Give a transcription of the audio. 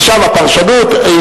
עכשיו הפרשנות,